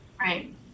Right